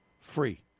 free